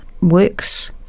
works